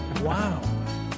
Wow